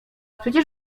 przecież